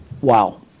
Wow